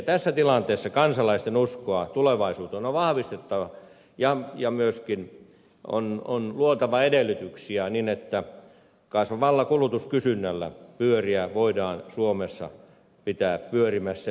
tässä tilanteessa kansalaisten uskoa tulevaisuuteen on vahvistettava ja myöskin on luotava edellytyksiä niin että kasvavalla kulutuskysynnällä pyöriä voidaan suomessa pitää pyörimässä